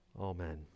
Amen